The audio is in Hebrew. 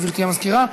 גברתי המזכירה.